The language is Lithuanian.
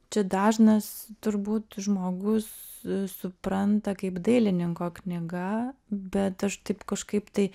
čia dažnas turbūt žmogus supranta kaip dailininko knyga bet aš taip kažkaip tai